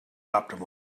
optimal